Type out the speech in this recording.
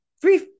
three